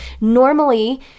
normally